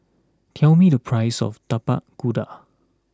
tell me the price of Tapak Kuda